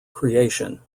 creation